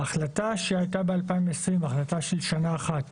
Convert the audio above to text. בהחלטה שהייתה ב-2020, החלטה של שנה אחת